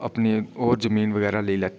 अपनी होर जमीन बगैरा लेई लैती